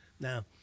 now